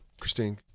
Christine